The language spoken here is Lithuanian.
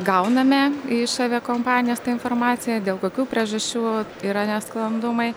gauname iš aviakompanijos tą informaciją dėl kokių priežasčių yra nesklandumai